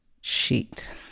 sheet